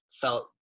felt